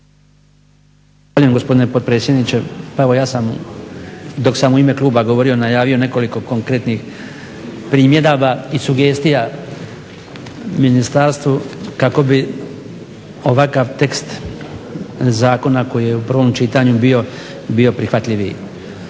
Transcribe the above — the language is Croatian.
Hvala gospodine potpredsjedniče. Pa evo ja sam dok sam u ime kluba govorio najavio nekoliko konkretnih primjedaba i sugestija ministarstvu kako bi ovakav tekst zakona koji je u prvom čitanju bio bio prihvatljiviji.